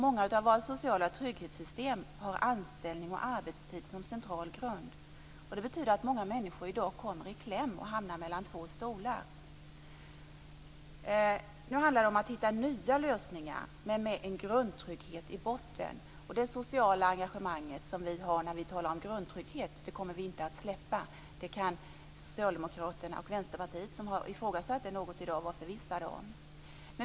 Många av våra sociala trygghetssystem har anställning och arbetstid som central grund. Det betyder att många människor i dag kommer i kläm och hamnar mellan två stolar. Nu handlar det om att hitta nya lösningar men med en grundtrygghet i botten. Det sociala engagemang vi har när vi talar om grundtrygghet kommer vi inte att släppa. Det kan socialdemokraterna och Vänsterpartiet som ifrågsatt det något i dag vara förvissade om.